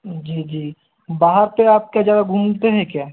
जी जी बाहर तो आप क्या ज़्यादा घूमते हैं क्या